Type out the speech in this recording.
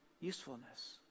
usefulness